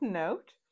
note